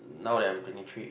now that I'm twenty three